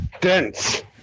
dense